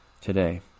today